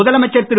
முதலமைச்சர் திரு